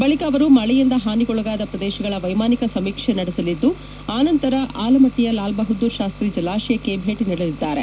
ಬಳಿಕ ಅವರು ಮಳೆಯಿಂದ ಹಾನಿಗೊಳಗಾದ ಪ್ರದೇಶಗಳ ವೈಮಾನಿಕ ಸಮೀಕ್ಷೆ ನಡೆಸಲಿದ್ದು ಆನಂತರ ಆಲಮಟ್ಟಿಯ ಲಾಲ್ ಬಹದ್ದೂರ್ ಶಾಸ್ತಿ ಜಲಾಶಯಕ್ಕೆ ಭೇಟಿ ನೀಡಲಿದ್ದಾರೆ